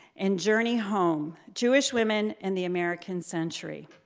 and journey home jewish women in the american century.